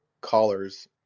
callers